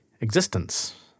existence